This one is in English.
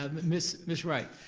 um miss miss wright?